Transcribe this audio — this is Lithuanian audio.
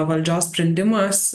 valdžios sprendimas